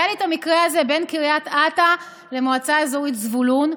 היה לי את המקרה הזה בין קריית אתא למועצה אזורית זבולון.